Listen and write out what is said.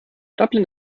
dublin